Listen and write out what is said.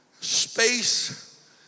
space